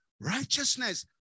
Righteousness